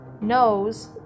knows